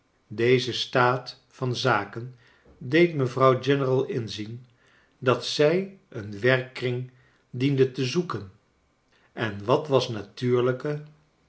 deze staat van zaken deed mevrouw general inzien dat zij een werkkring diende te zoeken en wat was natuurlijker